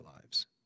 lives